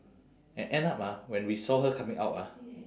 and end up ah when we saw her coming out ah